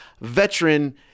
veteran